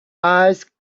eyes